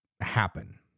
happen